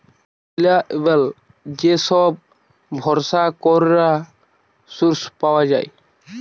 reliable যে সব ভরসা করা সোর্স পাওয়া যায়